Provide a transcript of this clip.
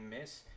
miss